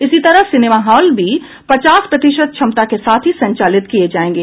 इसी तरह cinema hall भी पचास प्रतिशत क्षमता के साथ ही संचालित किये जायेंगे